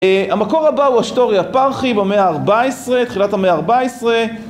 המקור הבא הוא אשתוריה פרחי במאה ה-14, תחילת המאה ה-14